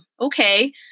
okay